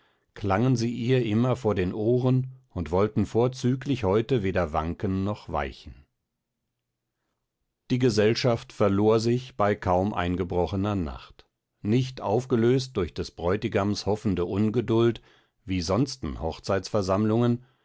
klangen sie ihr immer vor den ohren und wollten vorzüglich heute weder wanken noch weichen die gesellschaft verlor sich bei kaum eingebrochner nacht nicht aufgelöst durch des bräutigams hoffende ungeduld wie sonsten